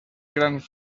grans